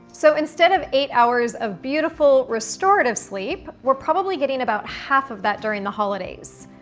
so instead of eight hours of beautiful, restorative sleep, we're probably getting about half of that during the holidays.